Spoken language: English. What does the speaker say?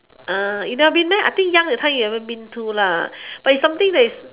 you never been there I think young that time you ever been to but is something that is